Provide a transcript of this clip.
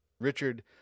Richard